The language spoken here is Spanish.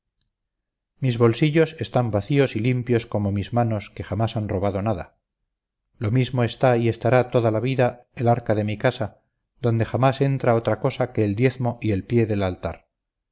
mis bolsillos están vacíos y limpios como mis manos que jamás han robado nada lo mismo está y estará toda la vida el arca de mi casa donde jamás entra otra cosa que el diezmo y el pie del altar